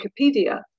wikipedia